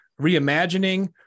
reimagining